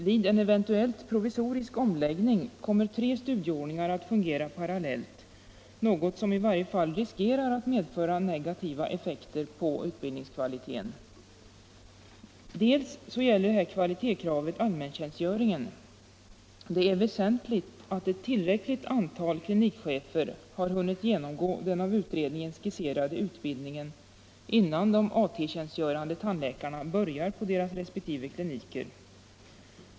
Vid en eventuell provisorisk omläggning kommer tre studieordningar att fungera parallellt, något som i varje fall riskerar att medföra negativa effekter för utbildningskvaliteten. För det andra gäller kvalitetskravet allmäntjänstgöringen. Det är väsentligt att ett tillräckligt antal klinikchefer har hunnit genomgå den av utredningen skisserade utbildningen innan de AT-tjänstgörande tandläkarna börjar på resp. kliniker.